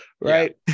right